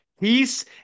peace